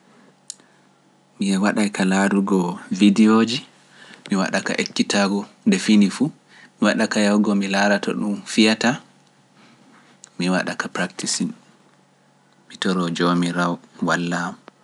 Mi waɗa ka laarugo videoji, mi waɗa ka ekkitago nde fini fu, mi waɗa ka hewgo mi laarata ɗum fiyata, mi waɗa ka praktisi, mi toro joomiraawo walla am.